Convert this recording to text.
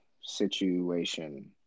situation